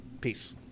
peace